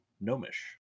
Gnomish